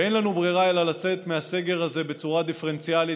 ואין לנו ברירה אלא לצאת מהסגר הזה בצורה דיפרנציאלית,